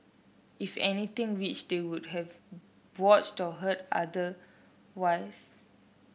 if anything which they would have watched or heard otherwise